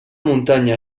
muntanya